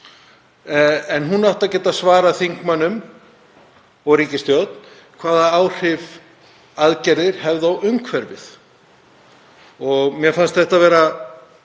en hún átti að geta svarað þingmönnum og ríkisstjórn hvaða áhrif aðgerðir hefðu á umhverfið. Mér fannst þetta framsýni